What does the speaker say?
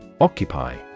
Occupy